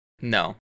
No